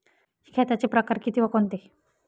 खताचे प्रकार किती व कोणते?